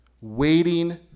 waiting